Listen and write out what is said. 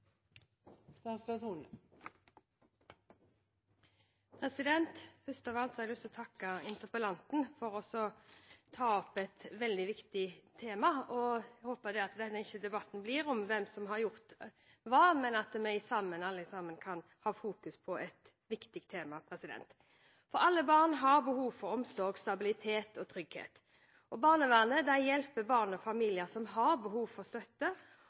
Først av alt har jeg lyst til å takke interpellanten for å ta opp et veldig viktig tema. Jeg håper at denne debatten ikke vil dreie seg om hvem som har gjort hva, men at vi sammen kan fokusere på et viktig tema. Alle barn har behov for omsorg, stabilitet og trygghet. Barnevernet hjelper barn og familier som har behov for støtte.